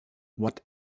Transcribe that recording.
what